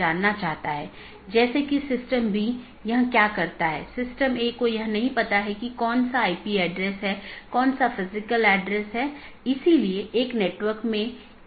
हालाँकि एक multi home AS को इस प्रकार कॉन्फ़िगर किया जाता है कि यह ट्रैफिक को आगे न बढ़ाए और पारगमन ट्रैफिक को आगे संचारित न करे